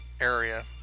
area